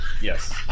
Yes